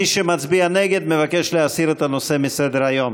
מי שמצביע נגד, מבקש להסיר את הנושא מסדר-היום.